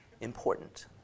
important